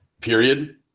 period